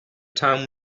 town